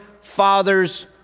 Father's